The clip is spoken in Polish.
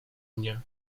mnie